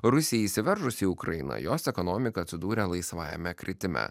rusijai įsiveržus į ukrainą jos ekonomika atsidūrė laisvajame kritime